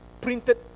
printed